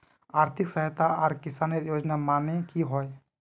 आर्थिक सहायता आर किसानेर योजना माने की होय?